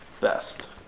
best